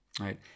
Right